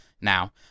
now